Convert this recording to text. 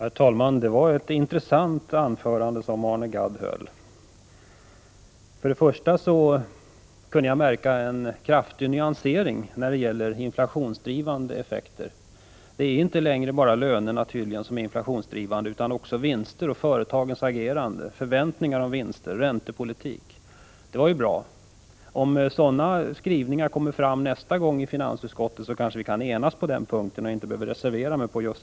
Herr talman! Det var ett intressant anförande som Arne Gadd höll. Först och främst kunde jag märka en kraftig nyansering när det gäller inflationsdrivande effekter. Det är tydligen inte längre bara lönerna som driver upp inflationen utan också vinster och företagens agerande, förväntningar om vinster, räntepolitik m.m. Det var ju bra. Om sådana skrivningar kommer fram nästa gång i finansutskottet, kanske vi kan enas på den punkten så att jag inte behöver reservera mig.